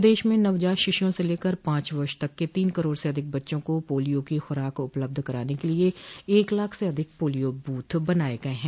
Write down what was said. प्रदेश में नवजात शिशुओं से लेकर पॉच वर्ष तक के तीन करोड़ से अधिक बच्चों को पोलियो की खूराक उपलब्घ कराने के लिए एक लाख से अधिक पोलियो ब्रथ बनाये गये हैं